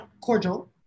cordial